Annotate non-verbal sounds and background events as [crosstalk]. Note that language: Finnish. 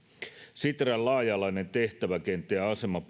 sitran laaja alainen tehtäväkenttä ja asema [unintelligible]